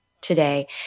today